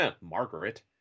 Margaret